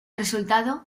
resultado